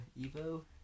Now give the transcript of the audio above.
Evo